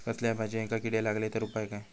कसल्याय भाजायेंका किडे लागले तर उपाय काय?